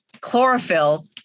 chlorophyll